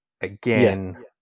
again